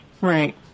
Right